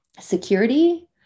security